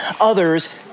others